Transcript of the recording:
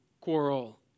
quarrel